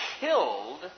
killed